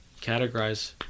categorize